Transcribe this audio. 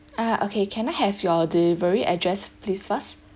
ah okay can I have your delivery address please first